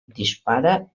dispara